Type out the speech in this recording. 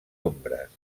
ombres